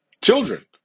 Children